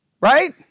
Right